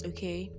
Okay